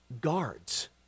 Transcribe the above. guards